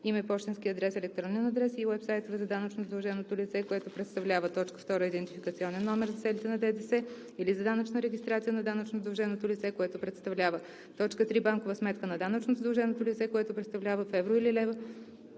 име, пощенски адрес, електронен адрес и уебсайтове за данъчно задълженото лице, което представлява; 2. идентификационен номер за целите на ДДС или за данъчна регистрация на данъчно задълженото лице, което представлява; 3. банкова сметка на данъчно задълженото лице, което представлява, в евро или лева